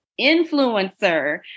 influencer